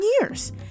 years